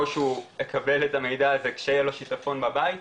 או שהוא יקבל את המידע הזה שיהיה לו שיטפון בבית ,